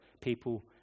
people